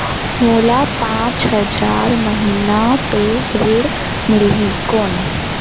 मोला पांच हजार महीना पे ऋण मिलही कौन?